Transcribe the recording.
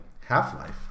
Half-Life